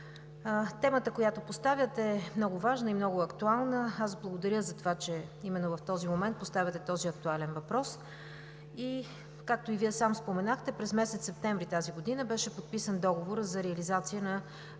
темата, която поставяте, е много важна и много актуална. Аз благодаря затова, че именно в този момент поставяте този актуален въпрос. Както и Вие сам споменахте, през месец септември тази година беше подписан договора за реализация на